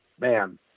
man